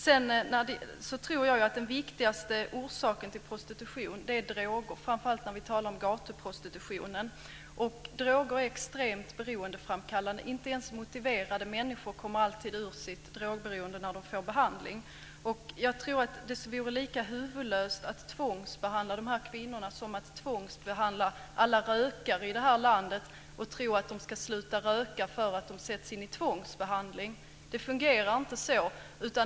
Jag tror att den viktigaste orsaken till prostitution är droger, framför allt när vi talar om gatuprostitutionen. Droger är extremt beroendeframkallande. Inte ens motiverade människor kommer alltid ur sitt drogberoende när de får behandling. Jag tror att det vore lika huvudlöst att tvångsbehandla dessa kvinnor som att tvångsbehandla alla rökare i landet och tro att de ska sluta röka för att de tvångsbehandlas. Det fungerar inte så.